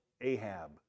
Ahab